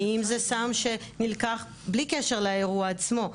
האם זה סם שנלקח בלי קשר לאירוע עצמו,